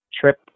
trip